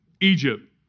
Egypt